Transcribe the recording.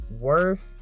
worth